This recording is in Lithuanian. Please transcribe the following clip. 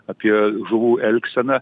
apie žuvų elgseną